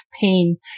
pain